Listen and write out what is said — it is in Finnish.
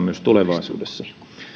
myös tulevaisuudessa